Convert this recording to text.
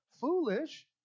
foolish